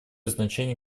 значение